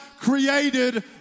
created